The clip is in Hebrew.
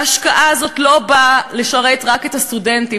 וההשקעה הזאת לא באה לשרת רק את הסטודנטים,